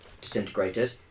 disintegrated